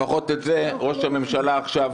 לפחות את זה ראש הממשלה עכשיו כבר הוריד.